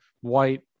White